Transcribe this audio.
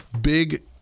big